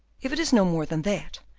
if it is no more than that,